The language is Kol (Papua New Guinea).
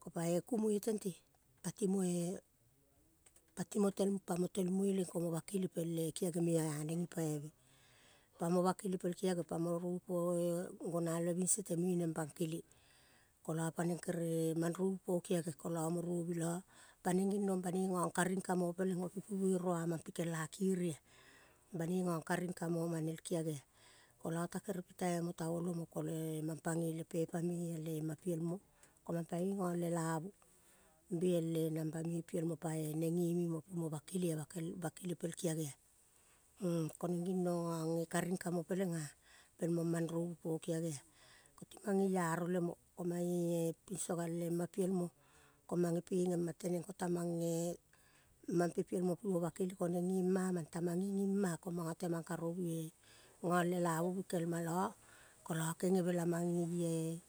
Ko pa e kumoi tente pati mo-e pati mo pa mo tel mueleng komo bakele pel kiage me o aneng gipaive pa mo bakele pel kia ge pa mo rovi po e gonalve bing sote me neng bang kele kolo paneng kere man rovi po giage kolo mo rovi lo baneng gignong banoi gong karing ka-mo peleng opi pi buere ua mang pikel kairi ah. Banoi gong karing kamo oma nel kiage ah. Kolo takere pitai mo ta olo mo, kole mang pagoi le pepa mea le ma piel mo ko mang pagoi gong lelalvu be el-e namba me piel mo pa-e neng geme mo ping mo bakele ah. Bakele pel kiage ah. M koneng gignong gong eh karing ka po peleng ah pel mong mang rovi po klagea, koti mang gelaro lemo ko-mange eh pinso goil ema piel mo, ko mange pegem ma teneng, ko-ta mang eh mam pe piel mo pimo bakele ko-neng gema mang, tamang igim ma-a ko mango temang karovu eh gong lelavu bikel malo kolo kegeve la mang gei-e